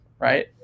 right